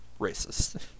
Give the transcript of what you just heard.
racist